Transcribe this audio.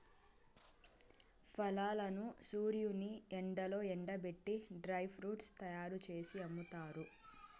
ఫలాలను సూర్యుని ఎండలో ఎండబెట్టి డ్రై ఫ్రూట్స్ తయ్యారు జేసి అమ్ముతారు